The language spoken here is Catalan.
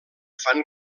fan